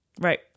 right